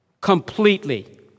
completely